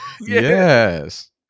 Yes